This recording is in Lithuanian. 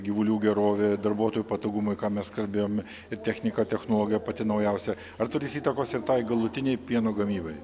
gyvulių gerovė darbuotojų patogumai ką mes kalbėjome ir technika technologija pati naujausia ar turės įtakos ir tai galutinei pieno gamybai